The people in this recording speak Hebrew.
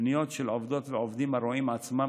לפניות של עובדות ועובדים הרואים עצמם